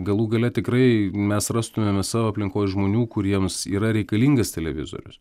galų gale tikrai mes rastumėme savo aplinkoje žmonių kuriems yra reikalingas televizorius